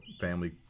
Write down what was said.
family